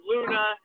Luna